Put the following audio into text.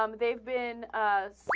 um they've been um like